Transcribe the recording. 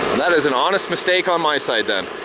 that is an honest mistake on my side then.